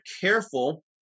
careful